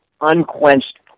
unquenched